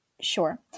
sure